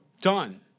Done